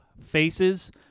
faces